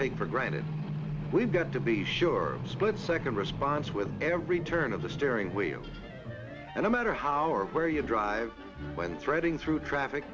take for granted we've got to be sure split second response with every turn of the steering wheel and a matter how or where you drive when threading through traffic